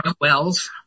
Wells